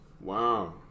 Wow